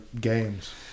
games